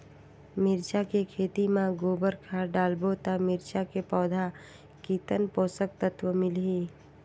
मिरचा के खेती मां गोबर खाद डालबो ता मिरचा के पौधा कितन पोषक तत्व मिलही?